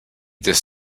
this